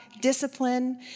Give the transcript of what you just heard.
discipline